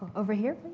over here,